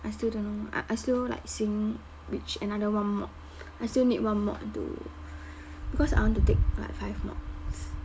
I still don't know I I still like seeing which another one mod I still need one mod to because I want to take like five mods